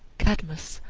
cadmus,